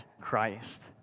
Christ